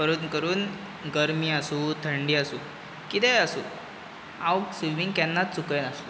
करून करून गर्मी आसूं थंडी आसूं कितेंय आसूं हांव स्विमींग केन्नाच चुकय नासलों